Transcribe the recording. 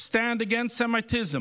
stand against anti-Semitism,